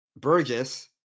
Burgess